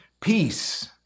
Peace